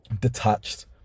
detached